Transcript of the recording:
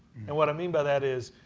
and what i mean by that is,